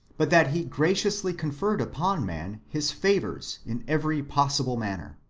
but that he graciously conferred upon man his favours in every possible manner.